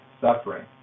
suffering